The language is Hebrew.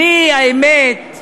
אני, האמת,